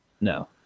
No